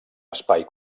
espai